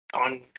on